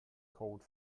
code